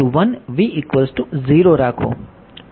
u 1 v 0 રાખો